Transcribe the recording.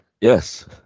Yes